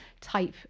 type